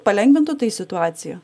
palengvintų tai situaciją